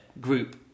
group